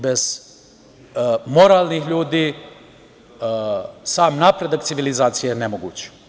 Bez moralnih ljudi sam napredak civilizacije je nemoguć.